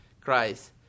Christ